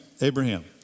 Abraham